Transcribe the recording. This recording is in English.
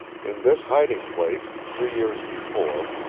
in this hiding place, three years before,